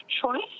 choice